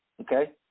Okay